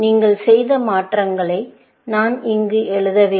நீங்கள் செய்த மாற்றங்களை நான் இங்கு எழுதவில்லை